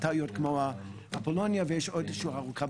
טעויות כמו אפולוניה ויש עוד שורה ארוכה.